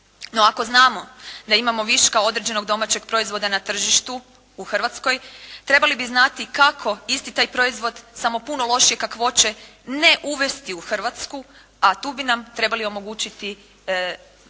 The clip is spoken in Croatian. ako znamo da imamo viška određenog domaćeg proizvoda na tržištu u Hrvatskoj trebali bi znati kako isti taj proizvod samo puno lošije kakvoće ne uvesti u Hrvatsku, a tu bi nam trebali omogućiti pomoć